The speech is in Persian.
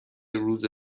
روز